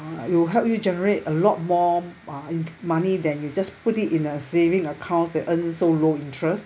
it will help you generate a lot more uh money than you just put it in a saving account that earns so low interest